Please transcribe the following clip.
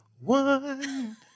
one